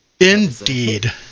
indeed